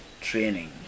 training